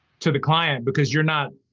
to the client, because you're not,